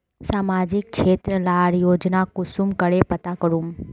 सामाजिक क्षेत्र लार योजना कुंसम करे पता करूम?